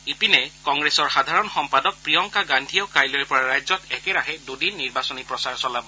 ইপিনে কংগ্ৰেছৰ সাধাৰণ সম্পাদক প্ৰিয়ংকা গান্ধীয়েও কাইলৈৰ পৰা ৰাজ্যত একেৰাহে দুদিন নিৰ্বাচনী প্ৰচাৰ চলাব